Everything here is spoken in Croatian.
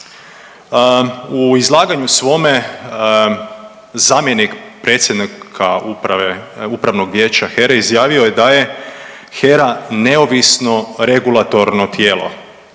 U izlaganju svome zamjenik predsjednika Upravnog vijeća HERA-e izjavio je da je HERA neovisno regulatorno tijelo.